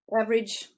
average